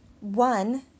one